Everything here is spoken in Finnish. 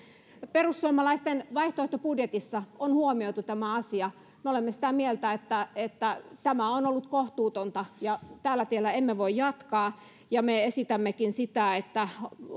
perussuomalaisten vaihtoehtobudjetissa on huomioitu tämä asia olemme sitä mieltä että että tämä on ollut kohtuutonta ja tällä tiellä emme voi jatkaa ja me esitämmekin että